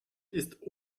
ist